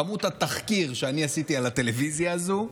כמות התחקיר שאני עשיתי על הטלוויזיה הזאת,